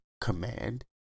command